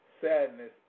sadness